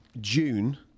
June